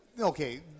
Okay